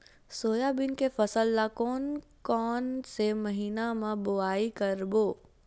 Soybean के फसल ल कोन कौन से महीना म बोआई करबो?